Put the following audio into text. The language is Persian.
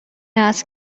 است